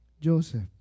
Joseph